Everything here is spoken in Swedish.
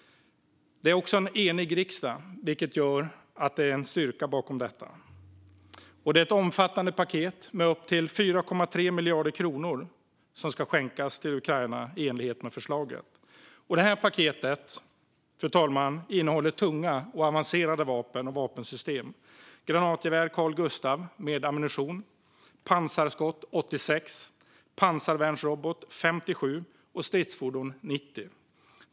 Det stöds också av en enig riksdag, vilket gör att det är en styrka bakom detta. Det är ett omfattande paket på upp till 4,3 miljarder kronor som ska skänkas till Ukraina i enlighet med förslaget. Paketet innehåller tunga och avancerade vapen och vapensystem: granatgeväret Carl Gustaf med ammunition, pansarskott 86, pansarvärnsrobotar 57 och stridsfordon 90.